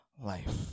life